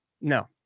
No